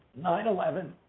9/11